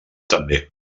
també